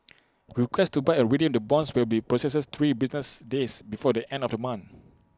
requests to buy or redeem the bonds will be processed three business days before the end of the month